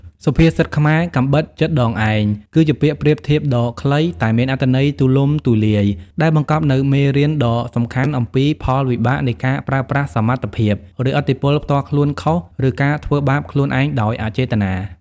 សុភាសិតខ្មែរ «កាំបិតចិតដងឯង» គឺជាពាក្យប្រៀបធៀបដ៏ខ្លី តែមានអត្ថន័យទូលំទូលាយ ដែលបង្កប់នូវមេរៀនដ៏សំខាន់អំពី ផលវិបាកនៃការប្រើប្រាស់សមត្ថភាព ឬឥទ្ធិពលផ្ទាល់ខ្លួនខុស ឬ ការធ្វើបាបខ្លួនឯងដោយអចេតនា។